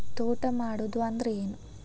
ತೋಟ ಮಾಡುದು ಅಂದ್ರ ಏನ್?